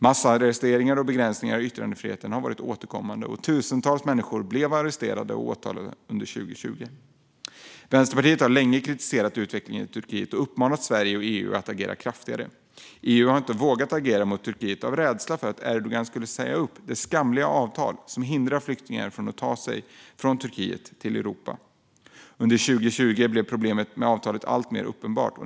Massarresteringar och begränsningar av yttrandefriheten har varit återkommande, och tusentals människor blev arresterade och åtalade under 2020. Vänsterpartiet har länge kritiserat utvecklingen i Turkiet och uppmanat Sverige och EU att agera kraftigare. EU har inte vågat agera mot Turkiet av rädsla för att Erdogan ska säga upp det skamliga avtal som hindrar flyktingar från att ta sig från Turkiet till Europa. Under 2020 blev problemen med avtalet alltmer uppenbara.